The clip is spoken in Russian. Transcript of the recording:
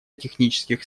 технических